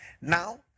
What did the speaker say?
Now